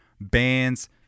bands